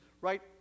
right